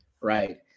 right